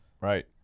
right